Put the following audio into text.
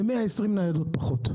זה פחות 120 ניידות.